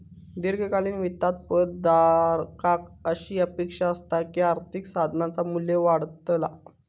दीर्घकालीन वित्तात पद धारकाक अशी अपेक्षा असता की आर्थिक साधनाचा मू्ल्य वाढतला